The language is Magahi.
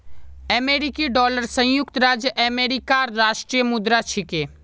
अमेरिकी डॉलर संयुक्त राज्य अमेरिकार राष्ट्रीय मुद्रा छिके